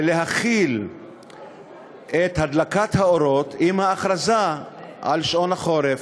ולהחיל את הדלקת האורות עם ההכרזה על שעון החורף.